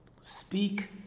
speak